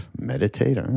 meditate